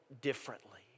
differently